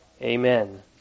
Amen